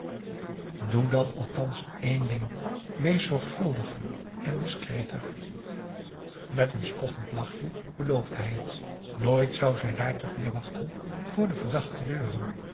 doe dan althans één ding wees zorgvuldiger en discreter met een spottend lachje beloofde hij het nooit zou zijn rijtuig meer wachten voor verdachte deuren